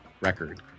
record